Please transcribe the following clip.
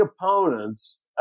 opponents